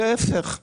להיפך,